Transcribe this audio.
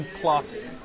plus